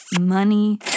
money